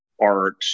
art